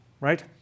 right